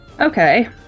Okay